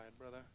brother